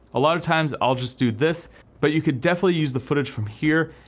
a lot of times, i'll just do this but you can definitely use the footage from here,